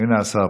הינה השר.